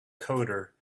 coder